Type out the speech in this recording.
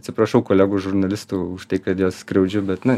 atsiprašau kolegų žurnalistų už tai kad juos skriaudžiu bet na